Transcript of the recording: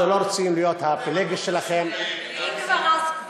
אנחנו לא רוצים להיות הפילגש שלכם, אם כבר אז כבר.